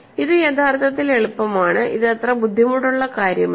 ഇത് യഥാർത്ഥത്തിൽ എളുപ്പമാണ് ഇത് അത്ര ബുദ്ധിമുട്ടുള്ള കാര്യമല്ല